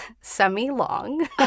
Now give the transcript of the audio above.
semi-long